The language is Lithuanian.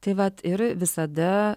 tai vat ir visada